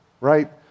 right